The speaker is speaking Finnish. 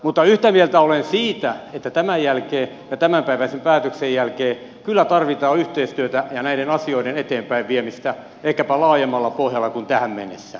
mutta yhtä mieltä olen siitä että tämän jälkeen ja tämänpäiväisen päätöksen jälkeen kyllä tarvitaan yhteistyötä ja näiden asioiden eteenpäinviemistä ehkäpä laajemmalla pohjalla kuin tähän mennessä